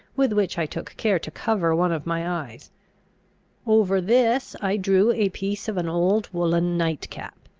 with which i took care to cover one of my eyes over this i drew a piece of an old woollen nightcap.